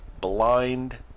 blind